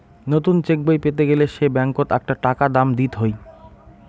নতুন চেকবই পেতে গেলে সে ব্যাঙ্কত আকটা টাকা দাম দিত হই